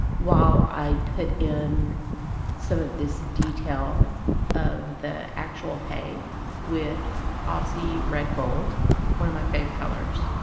while i put in some of this detail of the actual hay with aussie red gold one of my fave colors